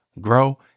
grow